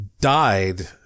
died